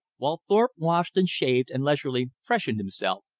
while thorpe washed and shaved and leisurely freshened himself,